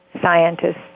scientists